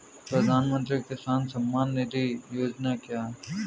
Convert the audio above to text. प्रधानमंत्री किसान सम्मान निधि योजना क्या है?